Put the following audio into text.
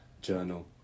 Journal